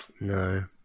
No